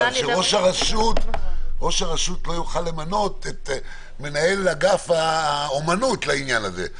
אבל ראש הרשות לא יוכל למנות את מנהל אגף האומנות לעניין הזה.